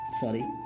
sorry